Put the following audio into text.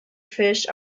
fish